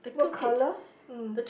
what colour mm